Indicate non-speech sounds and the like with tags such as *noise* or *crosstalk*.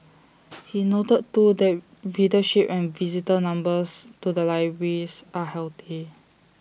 *noise* he noted too that readership and visitor numbers to the libraries are healthy